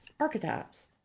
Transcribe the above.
archetypes